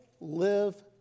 live